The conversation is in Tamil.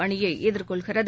அணியை எதிர்கொள்கிறது